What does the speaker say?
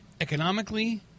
economically